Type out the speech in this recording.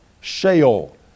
Sheol